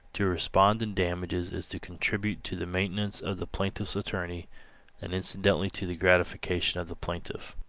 to respond in damages is to contribute to the maintenance of the plaintiff's attorney and, incidentally, to the gratification of the plaintiff.